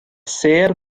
sêr